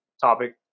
topic